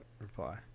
reply